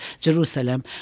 Jerusalem